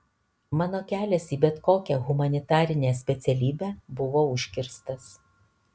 mano kelias į bet kokią humanitarinę specialybę buvo užkirstas